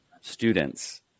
students